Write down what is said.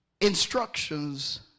instructions